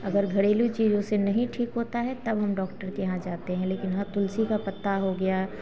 अगर घरेलू चीज़ों से नहीं ठीक होता है तब हम डॉक्टर के यहाँ जाते हैं लेकिन हाँ तुलसी का पत्ता हो गया